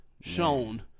shown